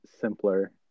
simpler